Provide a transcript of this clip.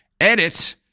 Edit